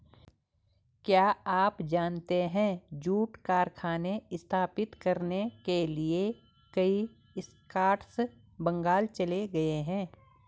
क्या आप जानते है जूट कारखाने स्थापित करने के लिए कई स्कॉट्स बंगाल चले गए?